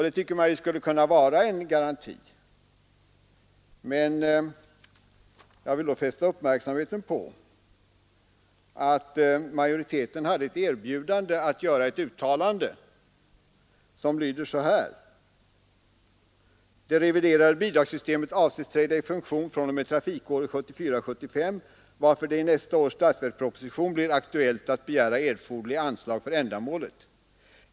Det tycker man ju skulle vara en garanti, men jag vill då fästa uppmärksamheten på att majoriteten erbjöds att göra ett uttalande som lyder så här: ”Det reviderade bidragssystemet avses träda i funktion fr.o.m. trafikåret 1974/75, varför det i nästa års statsverksproposition blir aktuellt att begära erforderligt anslag för ändamålet.